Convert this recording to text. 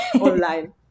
online